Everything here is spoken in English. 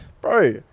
Bro